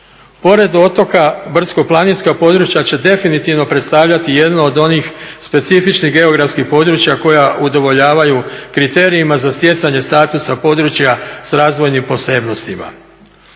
Pored otoka brdsko-planinska područja će definitivno predstavljati jedno od onih specifičnih geografskih područja koja udovoljavaju kriterijima za stjecanje statusa područja s razvojnim posebnostima.